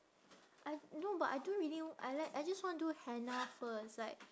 I no but I don't really I like I just want do henna first like